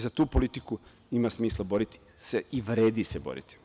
Za tu politiku ima smisla boriti se i vredi se boriti.